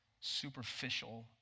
superficial